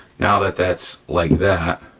now that that's like that,